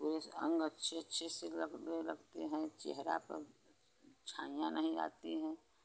पूरे अंग अच्छे अच्छे से लगने लगते हैं चेहरा पर छाइयाँ नहीं आती हैं